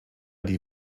die